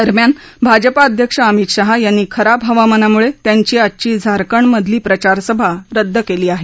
दरम्यान भाजपा अध्यक्ष अमित शहा यांनी खराब हवामानामुळे त्यांची आजची झारखंडमधली प्रचारसभा रद्द केली आहे